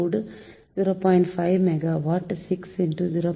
5 megawatt 6 0